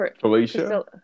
felicia